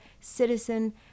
citizen